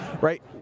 right